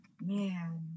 man